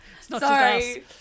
sorry